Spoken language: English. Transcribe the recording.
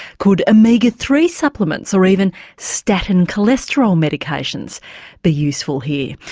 could omega three supplements or even statin cholesterol medications be useful here?